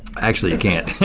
actually, you can't.